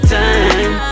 time